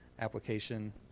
application